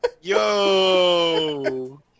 Yo